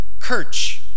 kirch